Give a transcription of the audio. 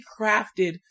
crafted